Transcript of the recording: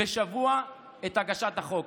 בשבוע את הגשת החוק.